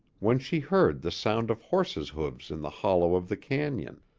when she heard the sound of horses' hoofs in the hollow of the canon.